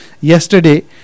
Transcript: yesterday